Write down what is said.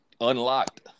unlocked